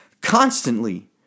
constantly